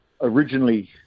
originally